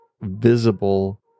visible